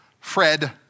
Fred